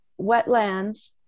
wetlands